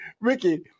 Ricky